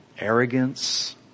Arrogance